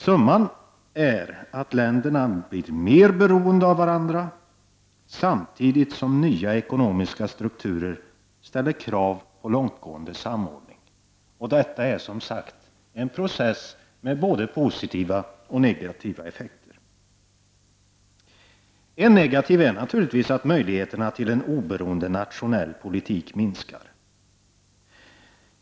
Summan är att länderna blir mer beroende av varandra samtidigt som nya ekonomiska strukturer ställer krav på långtgående samordning. Det är som sagt en process som ger både positiva och negativa effekter. En negativ effekt är naturligtvis att möjligheterna till en oberoende nationell politik minskar.